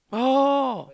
oh